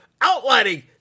outlining